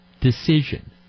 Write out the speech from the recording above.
decision